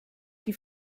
die